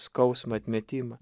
skausmo atmetimą